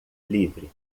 livre